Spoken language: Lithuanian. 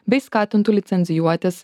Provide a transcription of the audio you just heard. bei skatintų licencijuotis